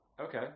Okay